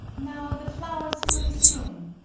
now the flowers for his room!